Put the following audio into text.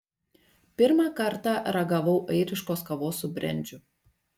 pirmą kartą ragavau airiškos kavos su brendžiu